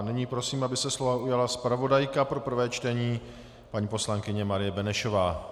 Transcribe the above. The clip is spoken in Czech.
Nyní prosím, aby se slova ujala zpravodajka pro prvé čtení, paní poslankyně Marie Benešová.